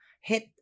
hit